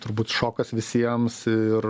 turbūt šokas visiems ir